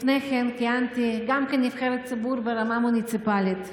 לפני כן כיהנתי גם כנבחרת ציבור ברמה המוניציפלית: